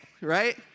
Right